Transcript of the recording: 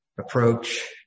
approach